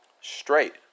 Straight